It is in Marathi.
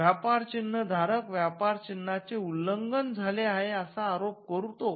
व्यापार चिन्हधारक व्यापार चिन्हांचे उल्लंघन झाले आहे असा आरोप करतो